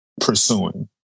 pursuing